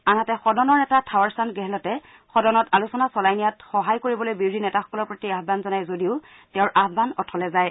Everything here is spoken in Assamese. আনহাতে সদনৰ নেতা থাৱাৰ চান্দ গেহলটে সদনত আলোচনা চলাই নিয়াত সহায় কৰিবলৈ বিৰোধী নেতাসকলৰ প্ৰতি আহান জনায় যদিও তেওঁৰ আহান অথলে যায়